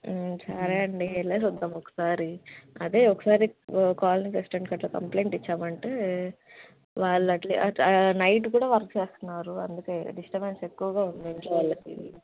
సరే అండీ వెళ్ళేసొద్దాము ఒకసారి అదే ఒకసారి కాలనీ ప్రెసిడెంట్కి అలా కంప్లెయింట్ ఇచ్చామంటే వాళ్ళట్లే నైట్ కూడా వర్క్ చేస్తున్నారు అందుకే డిస్టబెన్స్ ఎక్కువగా ఉంది ఇంట్లో వాళ్ళకి